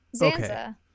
Zanza